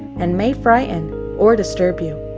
and may frighten or disturb you.